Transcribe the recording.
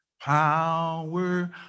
power